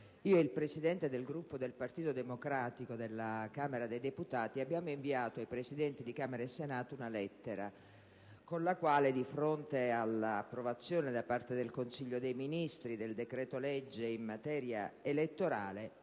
fa il Presidente del Gruppo del Partito Democratico della Camera dei deputati ed io abbiamo inviato ai Presidenti di Camera e Senato una lettera con la quale, di fronte all'approvazione da parte del Consiglio dei ministri del decreto-legge in materia elettorale